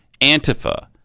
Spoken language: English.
antifa